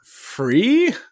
Free